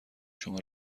شما